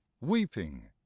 weeping